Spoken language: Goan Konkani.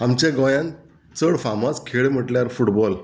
आमच्या गोंयान चड फामाद खेळ म्हटल्यार फुटबॉल